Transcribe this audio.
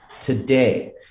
today